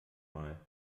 mal